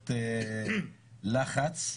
קבוצות לחץ,